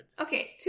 okay